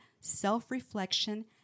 self-reflection